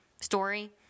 story